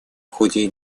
ходе